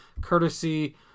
courtesy